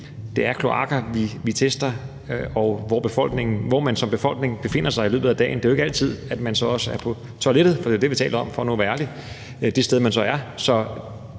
fra kloakker, vi tester. Og hvad angår, hvor man som befolkning befinder sig i løbet af dagen, er det jo ikke altid, at man også er på toilettet – for det er det, vi taler om, for nu at være ærlig – det sted, man er.